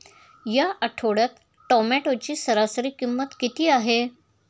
या आठवड्यात टोमॅटोची सरासरी किंमत किती आहे?